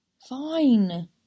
Fine